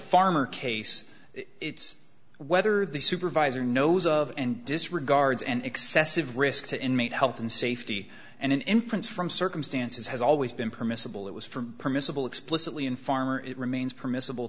farmer case it's whether the supervisor knows of and disregards and excessive risk to inmate health and safety and an inference from circumstances has always been permissible it was from permissible explicitly in farmer it remains permissible